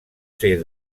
ser